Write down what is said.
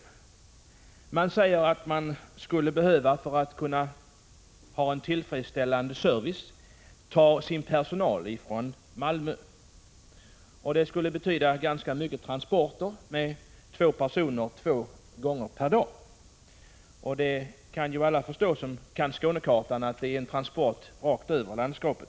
Tullen säger att man, för att ge en tillfredsställande service, skulle behöva ta personal från Malmö. Det skulle betyda ganska mycket transporter för två personer två gånger per dag. Alla som kan Skånekartan förstår att det är fråga om transporter rakt över landskapet.